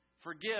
Forgive